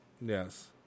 Yes